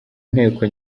nteko